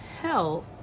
help